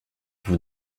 vous